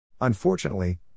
Unfortunately